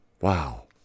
Wow